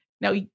Now